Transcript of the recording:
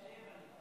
מתחייב אני.